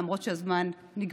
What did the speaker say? למרות שהזמן נגמר.